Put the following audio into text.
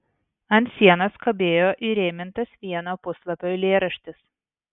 ant sienos kabėjo įrėmintas vieno puslapio eilėraštis